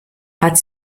hat